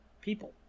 people